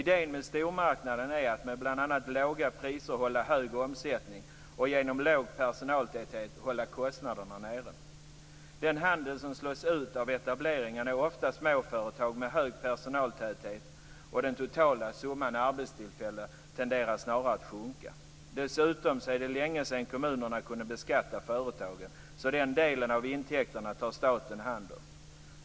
Idén med stormarknaden är att med bl.a. låga priser hålla hög omsättning och genom låg personaltäthet hålla kostnaderna nere. Den handel som slås ut av etableringarna är ofta småföretag med hög personaltäthet, och den totala summan arbetstillfällen tenderar snarare att minska. Dessutom är det länge sedan kommunerna kunde beskatta företagen, så den delen av intäkterna tar staten hand om.